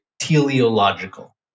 teleological